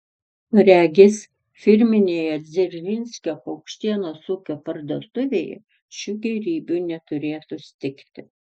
regis firminėje dzeržinskio paukštienos ūkio parduotuvėje šių gėrybių neturėtų stigti